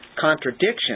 contradiction